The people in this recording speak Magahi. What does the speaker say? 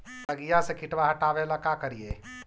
सगिया से किटवा हाटाबेला का कारिये?